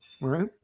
right